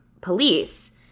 police